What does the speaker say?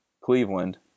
Cleveland